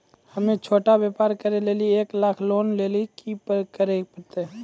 हम्मय छोटा व्यापार करे लेली एक लाख लोन लेली की करे परतै?